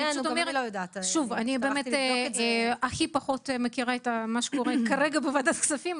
אני פשוט אומרת -- אני לא מכירה את מה שקורה הרגע בוועדת כספים,